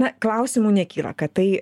na klausimų nekyla kad tai